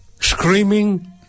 screaming